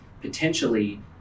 potentially